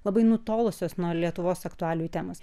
labai nutolusios nuo lietuvos aktualijų temos